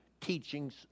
teachings